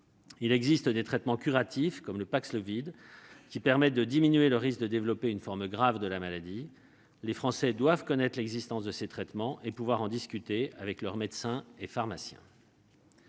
Il existe des traitements curatifs, comme le Paxlovid, qui permettent de diminuer le risque de développer une forme grave de la maladie. Les Français doivent connaître l'existence de tels traitements et pouvoir en discuter avec leurs médecins et pharmaciens.